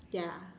ya